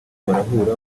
barahura